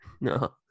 No